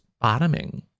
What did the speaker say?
bottoming